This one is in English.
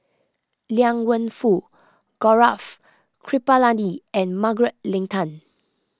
Liang Wenfu Gaurav Kripalani and Margaret Leng Tan